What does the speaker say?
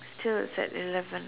still it's at eleven